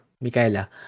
Michaela